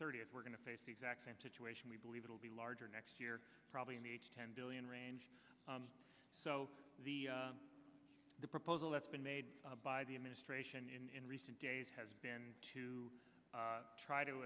thirtieth we're going to face the exact same situation we believe it'll be larger next year probably in the ten billion range so the the proposal that's been made by the administration in recent days has been to try to